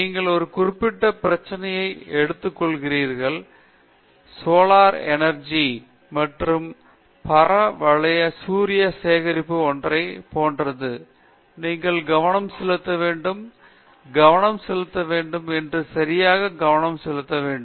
நீங்கள் ஒரு குறிப்பிட்ட பிரச்சனையை எடுத்துக்கொள்கிறீர்கள் சூரியசக்தி மற்றும் பரவளைய சூரிய சேகரிப்பு ஒன்றைப் போன்றது நீங்கள் கவனம் செலுத்த வேண்டும் கவனம் செலுத்த வேண்டும் மற்றும் சரியா கவனம் செலுத்த வேண்டும்